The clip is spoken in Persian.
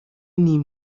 نیم